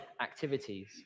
activities